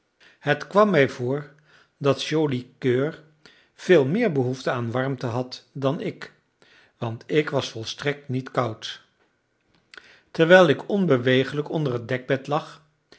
het kwam mij voor dat joli coeur veel meer behoefte aan warmte had dan ik want ik was volstrekt niet koud terwijl ik onbeweeglijk onder het dekbed lag